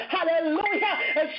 Hallelujah